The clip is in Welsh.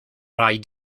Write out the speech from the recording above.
rhaid